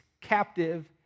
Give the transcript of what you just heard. captive